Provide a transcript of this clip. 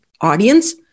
audience